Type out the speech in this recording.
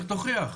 לך תוכיח.